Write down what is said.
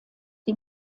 die